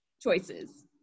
choices